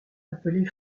appelée